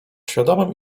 świadomym